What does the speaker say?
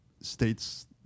states